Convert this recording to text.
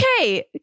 Okay